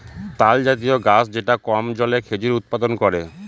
তালজাতীয় গাছ যেটা কম জলে খেজুর উৎপাদন করে